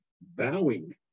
bowing